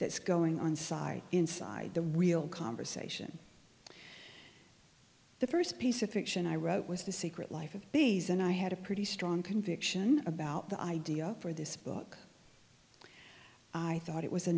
that's going on inside inside the real conversation the first piece of fiction i wrote was the secret life of bees and i had a pretty strong conviction about the idea for this book i thought it was a